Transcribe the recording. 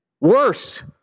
worse